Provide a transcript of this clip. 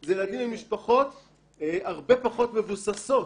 זה ילדים ממשפחות הרבה פחות מבוססות.